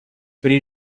при